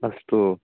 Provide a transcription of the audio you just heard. अस्तु